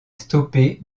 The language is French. stoppée